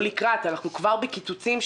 כבר בקיצוצים.